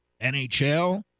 NHL